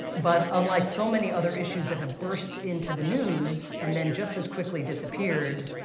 but unlike so many other issues that have burst into the news and then just as quickly disappeared,